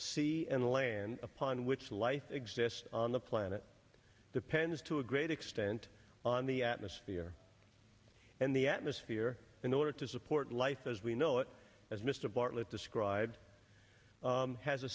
sea and land upon which life exists on the planet depends to a great extent on the atmosphere and the atmosphere in order to support life as we know it as mr bartlett described has a